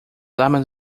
armas